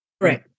Right